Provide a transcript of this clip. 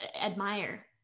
admire